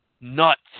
nuts